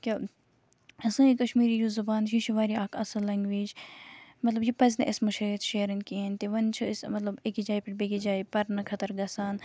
کہِ سٲنۍ کشمیری یُس زبان چھِ یہِ چھِ واریاہ اَکھ اصل لیٚنگریج مطلب یہِ پَزِ نہٕ اَسہِ مٔشرٲیِتھ شیرٕنۍ کِہیٖنۍ تہِ وۄنۍ چھِ أسۍ مطلب أکِس جایہِ پٮ۪ٹھ بیکِس جایہِ پَرنہٕ خٲطرٕ گَژھان